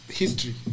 history